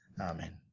Amen